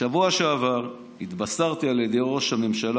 בשבוע שעבר התבשרתי על ידי ראש הממשלה